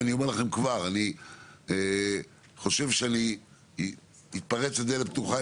אני כבר אומר לכם שאני חושב שאני אתפרץ לדלת פתוחה,